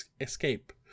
escape